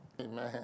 Amen